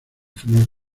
formar